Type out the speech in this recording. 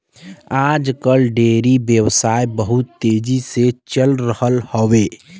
आज कल डेयरी व्यवसाय बहुत तेजी से चल रहल हौवे